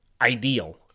ideal